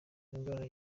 indwara